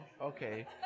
okay